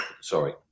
Sorry